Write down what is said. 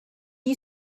you